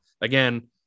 again